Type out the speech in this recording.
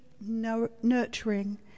nurturing